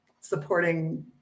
supporting